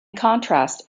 contrast